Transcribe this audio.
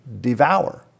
devour